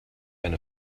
eine